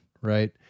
right